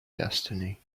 destiny